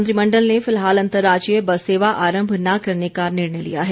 मंत्रिमंडल ने फिलहाल अंतर्राज्यीय बस सेवा आरंभ न करने का निर्णय लिया है